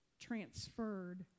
transferred